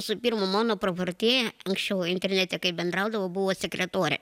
visų pirma mano pravardė lig šiol internete kaip bendraudavau buvo sekretorė